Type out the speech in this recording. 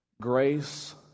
Grace